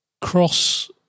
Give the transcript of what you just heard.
cross